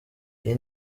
iyi